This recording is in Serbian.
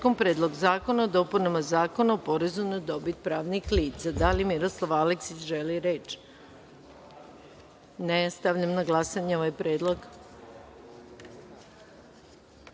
Predlog zakona o dopunama Zakona o porezu na dobit pravnih lica. Da li Miroslav Aleksić želi reč? (Ne.)Stavljam na glasanje ovaj